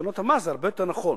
שלטונות המס זה הרבה יותר נכון.